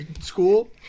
school